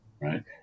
right